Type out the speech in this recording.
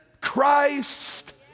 Christ